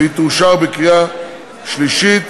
והיא תאושר בקריאה שלישית,